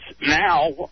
now